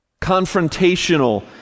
Confrontational